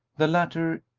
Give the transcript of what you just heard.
the latter,